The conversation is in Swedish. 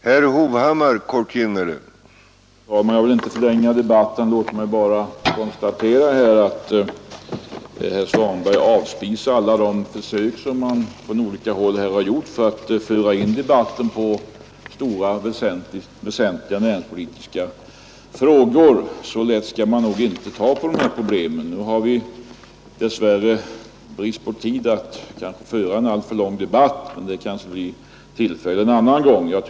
Herr talman! Jag skall inte förlänga debatten utan konstaterar bara att herr Svanberg avspisar alla försök som har gjorts från olika håll för att föra in debatten på stora och väsentliga näringspolitiska frågor. Så lätt skall man nog inte ta på dessa problem. I brist på tid kan vi inte nu föra en alltför lång debatt, men det kanske blir tillfälle till det en annan gång.